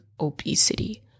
obesity